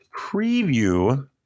preview